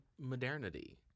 modernity